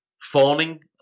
fawning